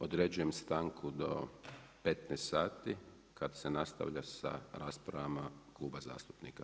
Određujem stanku do 15h kada se nastavlja sa raspravama kluba zastupnika.